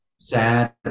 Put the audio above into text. sad